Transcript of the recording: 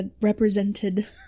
represented